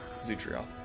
Zutrioth